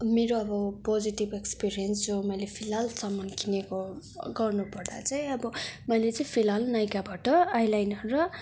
मेरो अब positive experience जो मैले फिलहाल सामान किनेको गर्नु पर्दा चाहिँ अब मैले चाहिँ फिलहाल नाइकाबाट आई लाइनर र